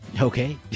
okay